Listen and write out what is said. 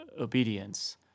obedience